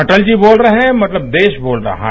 अटल जी बोल रहे है मतलब देश बोल रहा है